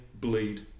bleed